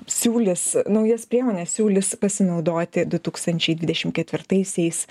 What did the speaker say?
siūlys naujas priemones siūlys pasinaudoti du tūkstančiai dvidešim ketvirtaisiais